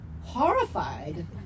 Horrified